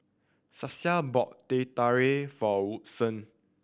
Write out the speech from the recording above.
Stasia bought Teh Tarik for Woodson